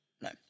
No